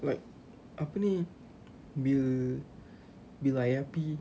like apa ni bill bill air api